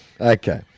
Okay